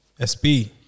SB